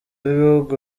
b’ibihugu